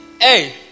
Hey